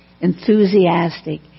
Enthusiastic